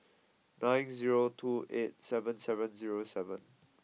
nine zero two eight seven seven zero seven